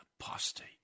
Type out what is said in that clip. apostate